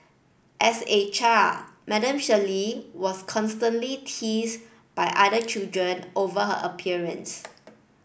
as a child Madam Shirley was constantly teased by other children over her appearance